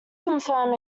confirm